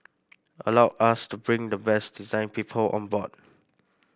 allowed us to bring the best design people on board